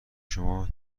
شما